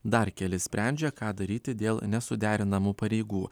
dar keli sprendžia ką daryti dėl nesuderinamų pareigų